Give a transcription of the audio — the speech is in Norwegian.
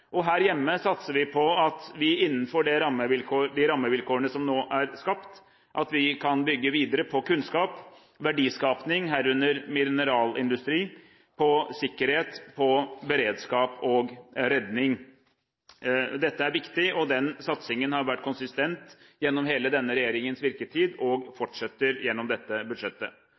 Her hjemme satser vi på at vi innenfor de rammevilkårene som nå er skapt, kan bygge videre på kunnskap, verdiskaping – herunder mineralindustri – sikkerhet, beredskap og redning. Dette er viktig, og den satsingen har vært konsistent gjennom hele denne regjeringens virketid og fortsetter gjennom dette budsjettet.